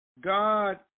God